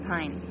Pine